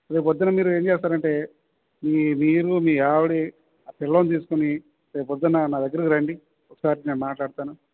రేపు పొద్దున్న మీరు ఏం చేస్తారంటే మీరు మీ ఆవిడ ఆ పిల్లోడిని తీసుకుని రేపు పొద్దున నాదగ్గరికి రండి ఒకసారి నేను మాట్లాడతాను